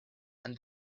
and